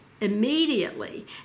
immediately